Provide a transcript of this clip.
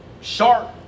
sharp